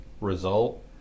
result